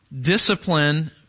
Discipline